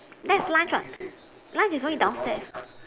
that's lunch [what] lunch is only downstairs